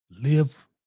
live